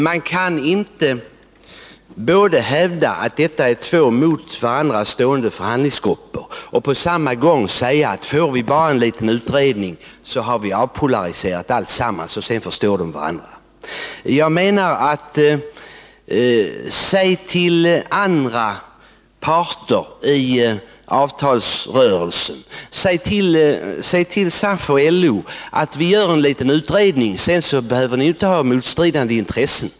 Man kan inte hävda att detta är två mot varandra stående förhandlingsgrupper och på samma gång säga att får vi bara en liten utredning har vi avpolariserat alltsammans, och sedan förstår de varandra. Säg det till andra parter i avtalsrörelsen! Säg till SAF och LO att ”vi gör en liten utredning, och sedan behöver ni inte ha motstridande intressen”!